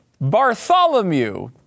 Bartholomew